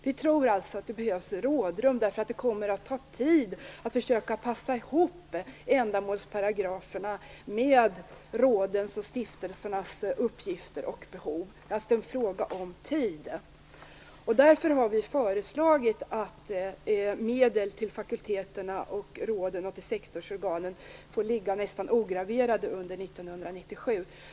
Vi tror alltså att det behövs rådrum, därför att det kommer att ta tid att försöka passa ihop ändamålsparagraferna med rådens och stiftelsernas uppgifter och behov. Det är alltså en fråga om tid. Därför har vi föreslagit att medel till fakulteterna, råden och sektorsorganen får ligga nästan ograverade under 1997.